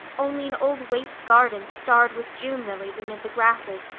only an old waste garden starred with june lilies amid the grasses,